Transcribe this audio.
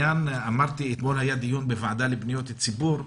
אתמול היה דיון בוועדה לפניות הציבור.